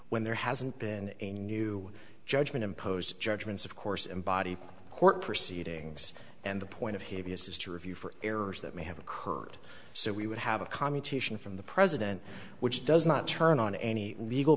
when there hasn't been a new judgment imposed judgements of course and body court proceedings and the point of habeas is to review for errors that may have occurred so we would have a commutation from the president which does not turn on any legal